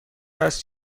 است